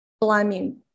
blaming